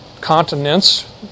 continents